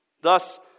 Thus